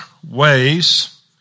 ways